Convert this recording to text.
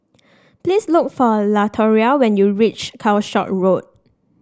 please look for Latoria when you reach Calshot Road